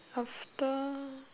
after